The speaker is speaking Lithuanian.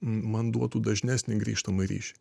man duotų dažnesnį grįžtamąjį ryšį